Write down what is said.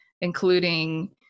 including